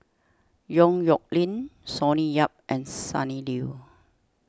Yong Nyuk Lin Sonny Yap and Sonny Liew